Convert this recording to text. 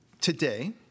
today